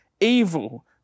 evil